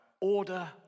order